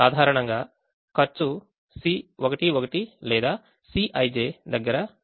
సాధారణంగా ఖర్చు C11 లేదా Cij దగ్గర ఉంది